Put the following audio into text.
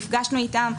נפגשנו איתם.